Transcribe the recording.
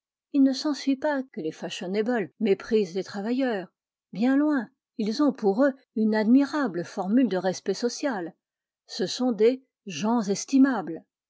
il ne s'ensuit pas que les fashionables méprisent les travailleurs bien loin ils ont pour eux une admirable formule de respect social ce sont des gens